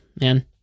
man